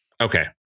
Okay